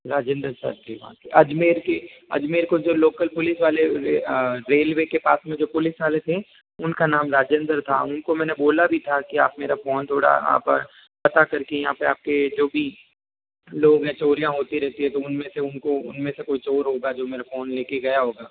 Rajender sir थे वहां के अजमेर के अजमेर को जो लोकल पुलिस वाले रेलवे के पास में जो पुलिस वाले थे उनका नाम राजेंदर था उनको मैंने बोला भी था कि आप मेरा फ़ोन थोड़ा आप पता करके यहाँ पे आपके जो भी लोग हैं चोरियां होती रहती हैं तो उनमें से उनको उनमें से कोई चोर होगा जो मेरा फ़ोन लेके गया होगा